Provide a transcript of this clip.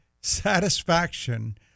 satisfaction